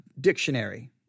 dictionary